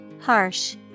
Harsh